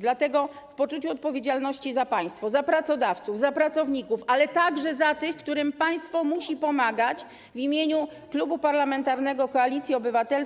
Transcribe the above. Dlatego w poczuciu odpowiedzialności za państwo, za pracodawców, za pracowników, ale także za tych, którym państwo musi pomagać, w imieniu Klubu Parlamentarnego Koalicja Obywatelska